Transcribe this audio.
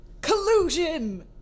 Collusion